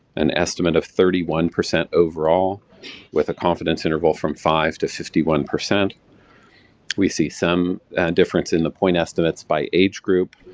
and estimate of thirty one percent overall with a confidence interval from five to fifty one. we see some difference in the point estimates by age group,